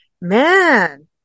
man